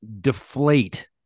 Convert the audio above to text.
deflate